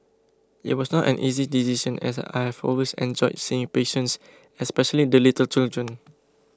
it was not an easy decision as I have always enjoyed seeing patients especially the little children